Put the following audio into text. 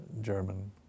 German